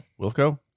Wilco